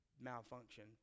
malfunction